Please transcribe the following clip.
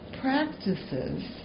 practices